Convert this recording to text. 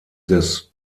des